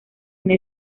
una